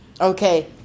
Okay